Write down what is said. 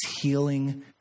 healing